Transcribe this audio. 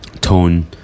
Tone